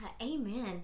amen